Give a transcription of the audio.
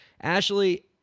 Ashley